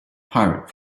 pirate